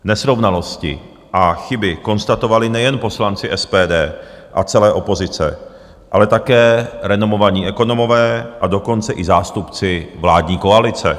Nesrovnalosti a chyby konstatovali nejen poslanci SPD a celé opozice, ale také renomovaní ekonomové, a dokonce i zástupci vládní koalice.